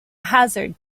hazard